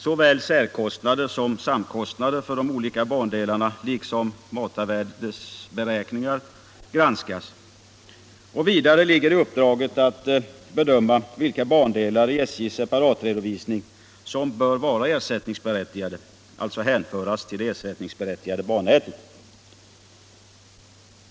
Såväl särkostnader som samkostnader för de olika bandelarna liksom matarvärdesberäkningar granskas. Vidare ingår i uppdraget att bedöma vilka bandelar i SJ:s separatredovisning som bör vara ersättningsberättigade, alltså hänföras till det ersättningsberättigade bannätet.